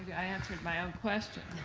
i answered my own question.